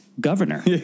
governor